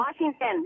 Washington